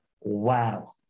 wow